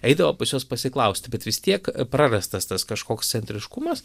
eidavo pas juos pasiklausti bet vis tiek prarastas tas kažkoks centriškumas